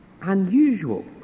unusual